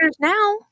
now